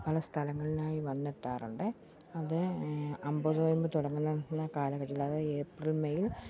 പല സ്ഥലങ്ങളിലായി വന്നെത്താറുണ്ട് അത് അമ്പത് നോയമ്പ് തുടങ്ങുന്ന കാലഘട്ടങ്ങളിൽ അതായത് ഏപ്രിൽ മെയ്